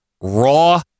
Raw